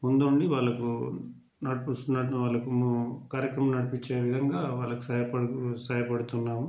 ముందుండి వాళ్ళకు నడిపిస్తున్నటువంటి వాళ్ళకు కార్యక్రమాలు నడిపించే విధంగా వాళ్ళకు సహాయపడు సహాయపడుతున్నాము